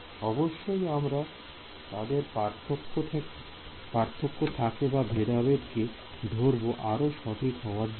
অবশ্যই আমরা তাদের পার্থক্য থাকে বা ভেদাভেদ কে ধরবো আরও সঠিক হওয়ার জন্য